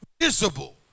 visible